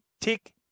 Tick